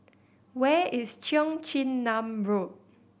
where is Cheong Chin Nam Road